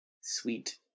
sweet